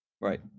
Right